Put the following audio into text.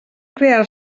crear